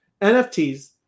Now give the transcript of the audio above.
NFTs